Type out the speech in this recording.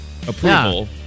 approval